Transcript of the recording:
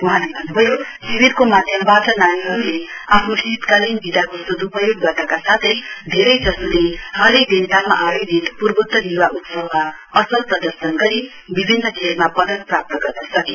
वहाँले भन्नुभयो शिविरको माध्यबाट नानीहरुले आफ्नो शीतकालीन विदाको सदुपयोग गर्नका साथै धेरै जसोले हालै देन्ताममा आयोजित पूर्वत्तर युवा उत्सवमा असल प्रदर्शन गरी विभिन्न खेलमा पदक प्राप्त गर्न सके